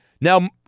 Now